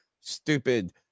stupid